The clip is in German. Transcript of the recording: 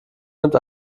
nimmt